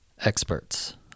experts